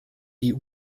die